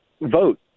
vote